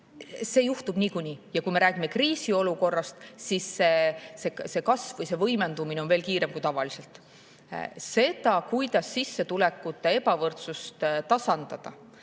see juhtub niikuinii. Ja kui me räägime kriisiolukorrast, siis see kasv või see võimendumine on veel kiirem kui tavaliselt. See, kuidas sissetulekute ebavõrdsust tasandada,